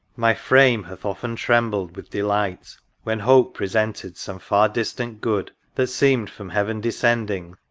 my frame hath often trembled with delight when hope presented some far-distant good. that seemed from heaven descending,